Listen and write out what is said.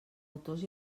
autors